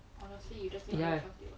ya